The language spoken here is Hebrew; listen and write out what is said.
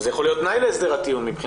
וזה יכול להיות תנאי להסדר הטיעון.